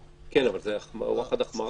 כן, אבל זו וואחד החמרה.